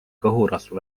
kõhurasva